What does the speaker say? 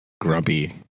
grumpy